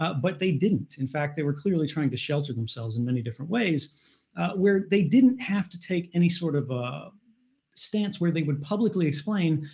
but but they didn't. in fact, they were clearly trying to shelter themselves in many different ways where they didn't have to take any sort of a stance where they would publicly explain,